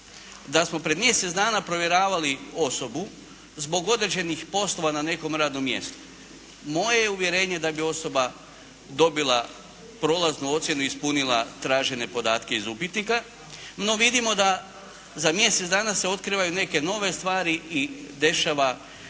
da smo prije mjesec dana provjeravali osobu zbog određenih poslova na nekom radnom mjestu. Moje je uvjerenje da bi osoba dobila prolaznu ocjenu i ispunila tražene podatke iz upitnika. No, vidimo da za mjesec dana se otkrivaju neke nove stvari i dešava